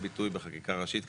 מאוד.